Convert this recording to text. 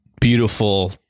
beautiful